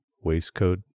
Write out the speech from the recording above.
waistcoat